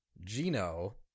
Gino